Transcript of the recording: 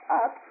up